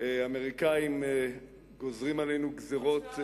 האמריקנים גוזרים עלינו גזירות.